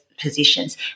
Positions